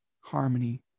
harmony